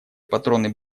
патроны